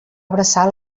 abraçar